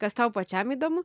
kas tau pačiam įdomu